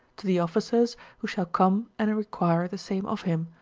to the officers who shall come and require the same of him,